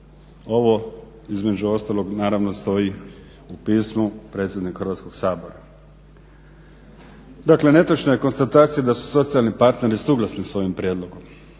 Ovo između ostalog naravno stoji u pismu predsjedniku Hrvatskog sabora. Dakle, netočna je konstatacija da su socijalni partneri suglasni sa ovim prijedlogom.